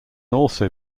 also